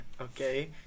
Okay